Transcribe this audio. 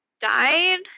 died